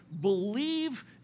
believe